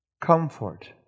comfort